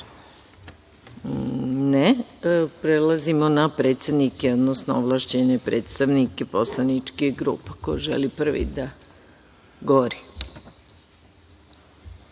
(Ne.)Prelazimo na predsednike, odnosno ovlašćene predstavnike poslaničkih grupa. Ko želi prvi da govori? Reč